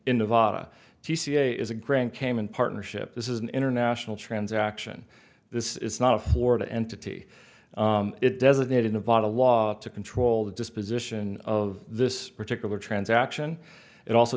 in nevada dca is a grand cayman partnership this is an international transaction this is not a florida entity it designated nevada law to control the disposition of this particular transaction it also